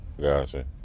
Gotcha